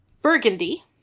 Burgundy